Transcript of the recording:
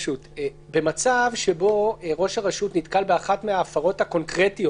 במצב שבו ראש הרשות נתקל באחת מההפרות הקונקרטיות